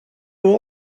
will